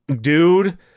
dude